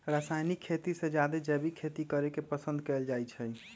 रासायनिक खेती से जादे जैविक खेती करे के पसंद कएल जाई छई